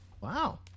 Wow